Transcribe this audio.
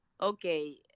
Okay